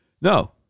No